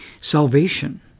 salvation